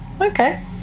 okay